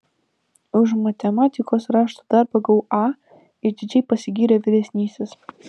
už matematikos rašto darbą gavau a išdidžiai pasigyrė vyresnysis